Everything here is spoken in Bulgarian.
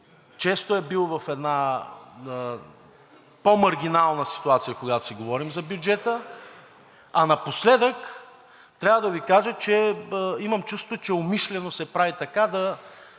често е бил в една по-маргинална ситуация, когато говорим за бюджета, а напоследък трябва да Ви кажа, че имам чувството, че умишлено се прави така,